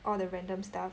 all the random stuff